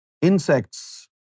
Insects